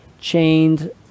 Chained